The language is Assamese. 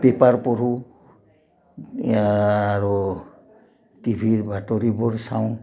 পেপাৰ পঢ়োঁ আৰু টিভিৰ বাতৰিবোৰ চাওঁ